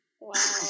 Wow